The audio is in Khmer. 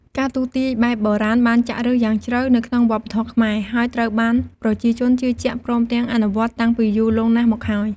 ការទស្សន៍ទាយបែបបុរាណបានចាក់ឫសយ៉ាងជ្រៅនៅក្នុងវប្បធម៌ខ្មែរ ហើយត្រូវបានប្រជាជនជឿជាក់ព្រមទាំងអនុវត្តតាំងពីយូរលង់ណាស់មកហើយ។